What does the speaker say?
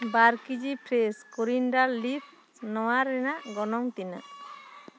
ᱵᱟᱨ KG fresh coriander leaves ᱱᱚᱣᱟ ᱨᱮᱭᱟᱜ ᱜᱚᱱᱚᱝ ᱛᱤᱱᱟᱹᱜ